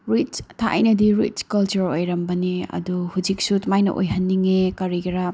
ꯔꯤꯁ ꯊꯥꯏꯅꯗꯤ rice culture ꯑꯣꯏꯔꯝꯕꯅꯦ ꯑꯗꯨ ꯍꯧꯖꯤꯛꯁꯨ ꯑꯗꯨꯃꯥꯏꯅ ꯑꯣꯏꯍꯟꯅꯤꯡꯉꯦ ꯀꯔꯤꯒꯤꯔꯥ